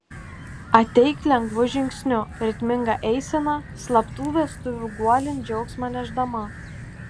ateik lengvu žingsniu ritminga eisena slaptų vestuvių guolin džiaugsmą nešdama